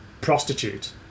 prostitute